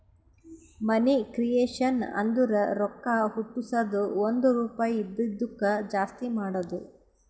ಮನಿ creation ಅಂದುರ್ ರೊಕ್ಕಾ ಹುಟ್ಟುಸದ್ದು ಒಂದ್ ರುಪಾಯಿ ಇದಿದ್ದುಕ್ ಜಾಸ್ತಿ ಮಾಡದು